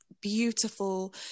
beautiful